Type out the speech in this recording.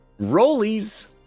rollies